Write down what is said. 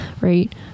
right